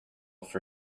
for